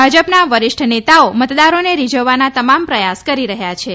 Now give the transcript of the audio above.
ભાજપના વરિષ્ઠ નેતાઓ મતદારોને રીઝવવાનાં તમામ પ્રયાસ કરી રહ્યાછે